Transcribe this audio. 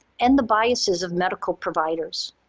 and the biases of medical providers.